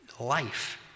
Life